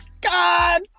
God